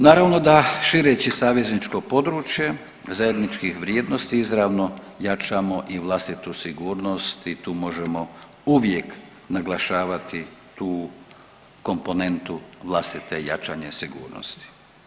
Naravno da šireći savezničko područje zajedničkih vrijednosti izravno jačamo i vlastitu sigurnost i tu možemo uvijek naglašavati tu komponentu vlastite jačanje sigurnosti.